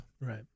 Right